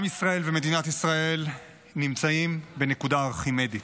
עם ישראל ומדינת ישראל נמצאים בנקודה ארכימדית: